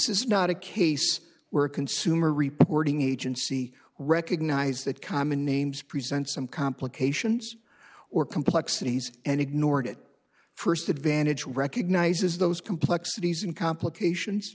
is not a case where a consumer reporting agency recognized that common names present some complications or complexities and ignored it first advantage recognizes those complexities and complications